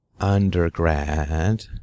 undergrad